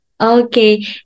okay